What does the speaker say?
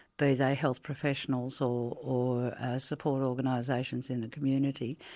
they they health professionals or or support organisations in the community,